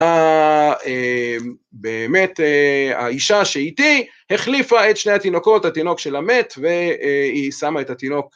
באמת האישה שאיתי החליפה את שני התינוקות התינוק של המת והיא שמה את התינוק